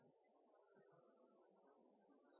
man må bare være